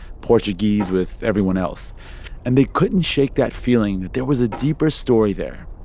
portuguese with everyone else and they couldn't shake that feeling that there was a deeper story there.